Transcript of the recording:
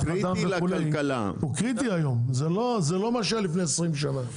הוא קריטי היום, זה לא מה שהיה לפני 20 שנה.